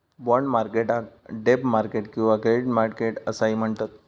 bond मार्केटाक डेब्ट market किंवा क्रेडिट मार्केट असाही म्हणतत